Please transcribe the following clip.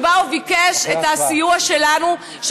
שבא וביקש את הסיוע שלנו,